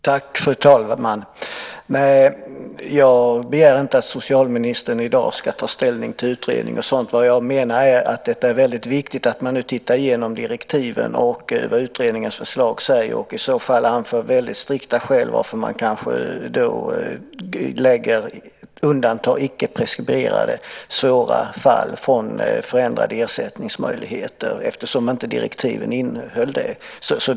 Fru talman! Jag begär inte att socialministern i dag ska ta ställning till utredningen och så vidare. Vad jag menar är att det är viktigt att man nu tittar igenom direktiven och vad utredningens förslag säger och i så fall anför strikta skäl om man föreslår att icke preskriberade svåra fall ska undantas från förändrade ersättningsmöjligheter. Direktiven innehöll ju inte det.